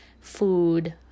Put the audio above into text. food